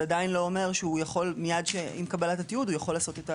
עדיין לא אומר שמייד עם קבלת התיעוד הוא יכול לעשות את העלייה.